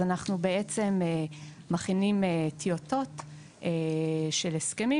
אז אנחנו בעצם מכינים טיוטות של הסכמים,